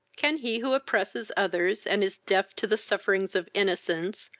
can he who oppresses others, and is deaf to the sufferings of innocence,